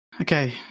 Okay